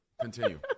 Continue